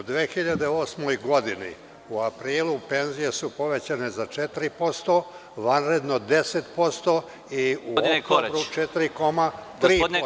U 2008. godini u aprilu penzije su povećane za 4%, vanredno 10% i u oktobru 4,3%